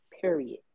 Period